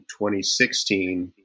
2016